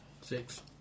Six